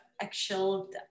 actual